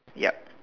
yup